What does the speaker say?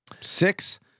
six